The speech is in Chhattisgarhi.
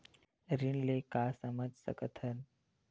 ऋण ले का समझ सकत हन?